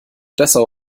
dessau